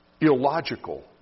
illogical